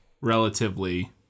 relatively